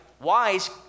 Wise